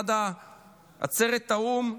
עד עצרת האו"ם,